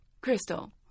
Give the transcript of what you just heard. Crystal